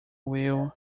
wheel